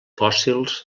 fòssils